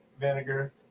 vinegar